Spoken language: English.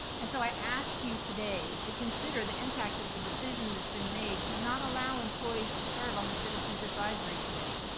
and so i ask you today to consider the impact of the decision that's been made to not allow employees to serve on the citizen's advisory committee.